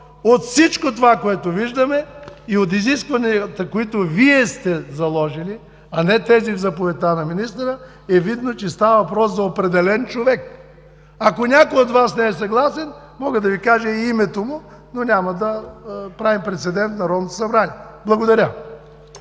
От всичко това, което виждаме, и от изискванията, които Вие сте заложили, а не тези в заповедта на министъра е видно, че става въпрос за определен човек. Ако някой от Вас не е съгласен, мога да Ви кажа и името му, но няма да правим прецедент в Народното събрание. Благодаря.